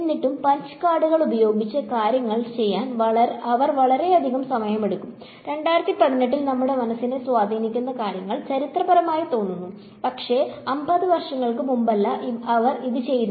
എന്നിട്ടും പഞ്ച് കാർഡുകൾ ഉപയോഗിച്ച് കാര്യങ്ങൾ ചെയ്യാൻ അവർ ധാരാളം സമയം എടുക്കും 2018 ൽ നമ്മുടെ മനസ്സിനെ സ്വാധീനിക്കുന്ന കാര്യങ്ങൾ ചരിത്രപരമായി തോന്നുന്നു പക്ഷേ 50 വർഷങ്ങൾക്ക് മുമ്പല്ല അവർ ഇത് ചെയ്യുന്നത്